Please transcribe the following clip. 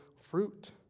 fruit